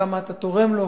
כמה אתה תורם לו,